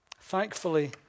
thankfully